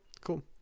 Cool